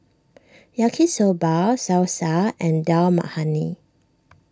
Yaki Soba Salsa and Dal Makhani